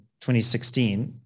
2016